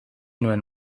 nuen